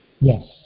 Yes